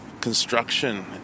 construction